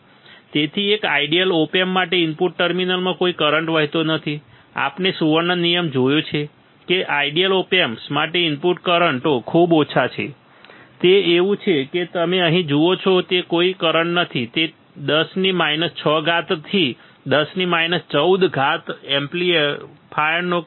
તેથી એક ideal op amp માટે ઇનપુટ ટર્મિનલમાં કોઈ કરંટ વહેતો નથી આપણે સુવર્ણ નિયમ જોયો છે કે આઇડિયલ ઓપ એમ્પ માટે ઇનપુટ કરંટો ખૂબ ઓછા છે તે એવું છે કે તમે અહીં જુઓ છો તે કોઈ કરંટ નથી તે 10 6 થી 10 14 એમ્પીયરનો ક્રમ ખૂબ ઓછો છે બરાબર